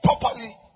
properly